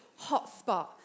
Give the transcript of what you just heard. hotspot